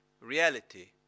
reality